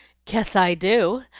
guess i do!